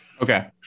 Okay